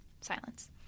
Silence